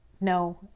No